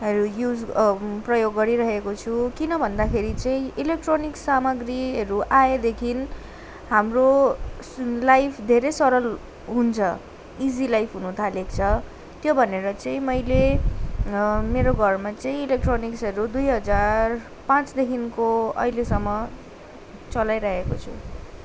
हरू युज प्रयोग गरिरहेको छु किन भन्दाखेरि चाहिँ इलेक्ट्रोनिक्स सामग्रीहरू आएदेखि हाम्रो लाइफ धेरै सरल हुन्छ इजी लाइफ हुन थालेको छ त्यो भनेर चाहिँ मैले मेरो घरमा चाहिँ इलेक्ट्रोनिक्सहरू दुई हजार पाँचदेखिको अहिलेसम्म चलाइरहेको छु